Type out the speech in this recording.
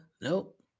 Nope